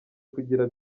kugira